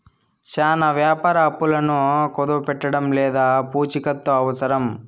చానా వ్యాపార అప్పులను కుదవపెట్టడం లేదా పూచికత్తు అవసరం